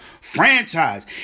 franchise